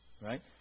right